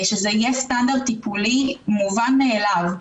שזה יהיה סטנדרט טיפולי מובן מאליו.